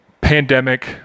pandemic